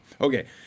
Okay